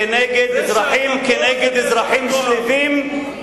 כנגד אזרחים שלווים,